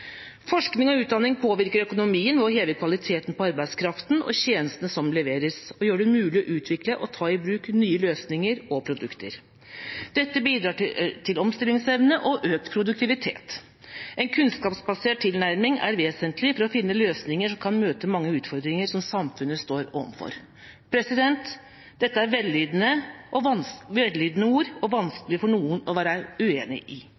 Forskning og utdanning påvirker økonomien ved å heve kvaliteten på arbeidskraften og tjenestene som leveres, og gjør det mulig å utvikle og ta i bruk nye løsninger og produkter. Dette bidrar til omstillingsevne og økt produktivitet. En kunnskapsbasert tilnærming er vesentlig for å finne løsninger som kan møte mange av utfordringene som samfunnet står overfor.» Dette er vellydende ord og vanskelig for noen å være uenig i.